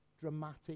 dramatic